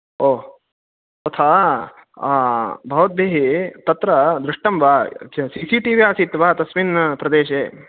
ओह् तथा भवद्भिः तत्र दृष्टं वा सि सि टि वि आसीत् वा तस्मिन् प्रदेशे